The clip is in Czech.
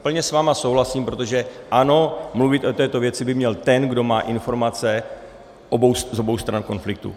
Plně s vámi souhlasím, protože ano, mluvit o této věci by měl ten, kdo má informace z obou stran konfliktu.